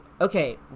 Okay